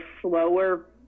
slower